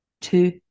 two